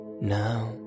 Now